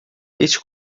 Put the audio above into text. este